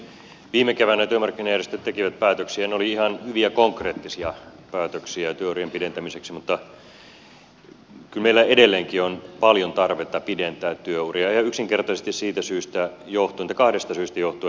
viime keväänä työmarkkinajärjestöt tekivät päätöksiä ja ne olivat ihan hyviä konkreettisia päätöksiä työurien pidentämiseksi mutta kyllä meillä edelleenkin on paljon tarvetta pidentää työuria ihan yksinkertaisesti kahdesta syystä johtuen